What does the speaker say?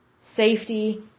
safety